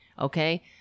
okay